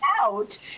out